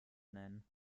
nennen